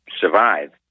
survive